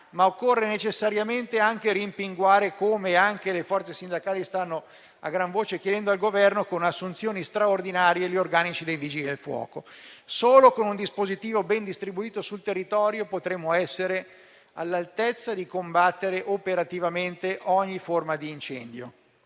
ma occorre necessariamente anche rimpinguare, come anche le forze sindacali stanno a gran voce chiedendo al Governo, con assunzioni straordinarie gli organici dei Vigili del fuoco. Solo con un dispositivo ben distribuito sul territorio potremo essere all'altezza di combattere operativamente ogni forma di incendio.